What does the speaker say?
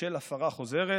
בשל הפרה חוזרת,